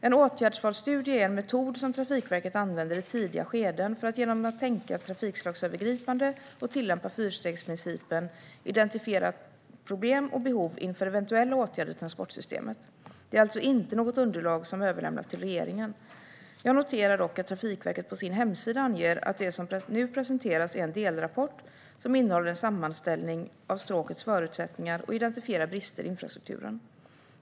En åtgärdsvalsstudie är en metod som Trafikverket använder i tidiga skeden för att genom att tänka trafikslagsövergripande och tillämpa fyrstegsprincipen identifiera problem och behov inför eventuella åtgärder i transportsystemet. Det är alltså inte något underlag som överlämnas till regeringen. Jag noterar dock att Trafikverket på sin hemsida anger att det som nu presenterats är en delrapport som innehåller en sammanställning av stråkets förutsättningar och identifierar brister i infrastrukturen.